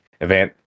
event